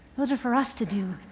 those are for us to do,